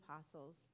apostles